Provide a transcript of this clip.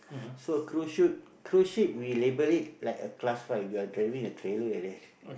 so cruise ship cruise ship we label it like a class five we are driving a trailer like that